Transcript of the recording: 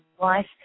life